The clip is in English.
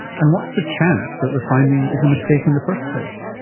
and what's the chance that the finding is a mistake in the first place,